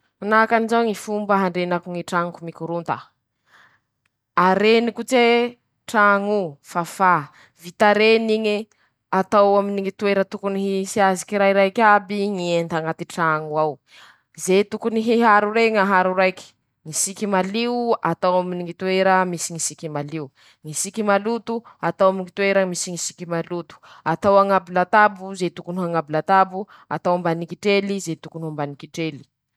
Ñy fivolaña haiko: - ñy anglisy.-ñy frantsay. - ñy chinois.-ñy espaignoly. -ñy fivolagna alimañy.-ñy fivolaña italien. -ñy fivolaña portigay. -ñy fivolaña rosiana.-ñy fivolaña arabo. -ñy Hindy ñy fivolaña japonay.-ñy fivolaña corean. -ñy fivolaña malagasy. -ñy hindy.-ñy fivolaña baingaly.-ñy fivolaña torky. -ñy tailanday ñy hebrio.